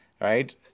right